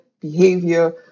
behavior